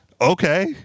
Okay